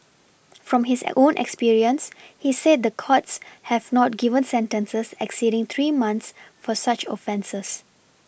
from his own experience he said the courts have not given sentences exceeding three months for such offences